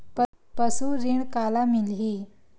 पशु ऋण काला मिलही?